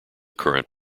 current